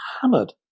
hammered